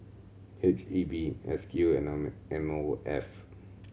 H E B S Q and M O F